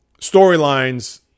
storylines